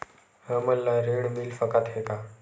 हमन ला ऋण मिल सकत हे का?